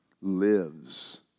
lives